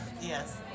Yes